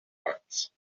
heights